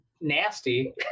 nasty